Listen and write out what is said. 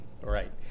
Right